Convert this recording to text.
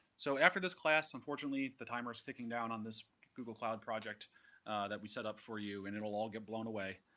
so after this class, unfortunately, the timer is ticking down on this google cloud project that we set up for you, and it will all get blown away.